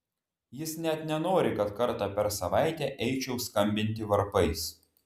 jis net nenori kad kartą per savaitę eičiau skambinti varpais